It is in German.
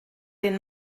den